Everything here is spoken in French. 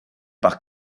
par